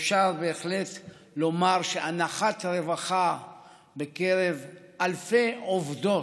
אפשר בהחלט לומר שיש אנחת רווחה בקרב אלפי עובדות,